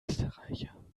österreicher